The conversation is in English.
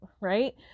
right